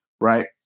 right